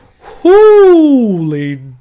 Holy